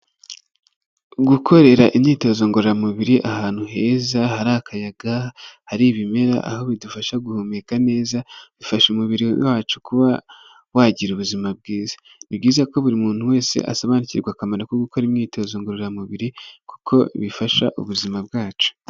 Gukorera imyitozo ngororamubiri ahantu heza hari akayaga, hari ibimera, aho bidufasha guhumeka neza, bifasha umubiri wacu kuba wagira ubuzima bwiza. Ni byiza ko buri muntu wese asobanukirwa akamaro ko gukora imyitozo ngororamubiri kuko bifasha ubuzima bwacu.